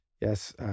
Yes